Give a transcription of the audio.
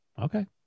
Okay